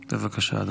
בבקשה, אדוני.